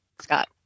Scott